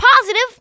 positive